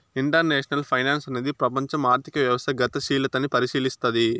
international finance అనేది ప్రపంచం ఆర్థిక వ్యవస్థ గతిశీలతని పరిశీలస్తది